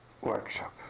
workshop